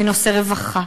בנושא רווחה,